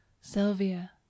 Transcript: Sylvia